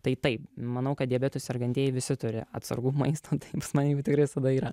tai taip manau kad diabetu sergantieji visi turi atsargų maisto tai pas mane jo tikrai visada yra